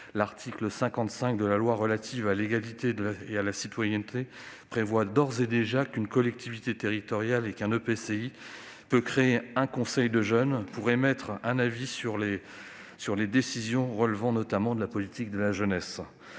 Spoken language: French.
L'article 55 de la loi relative à l'égalité et à la citoyenneté prévoit d'ores et déjà qu'une collectivité territoriale ou un EPCI peut créer un conseil de jeunes pour émettre un avis sur les décisions relevant notamment de la politique de la jeunesse.